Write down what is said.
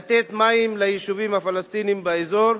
מים ליישובים הפלסטיניים באזור.